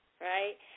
right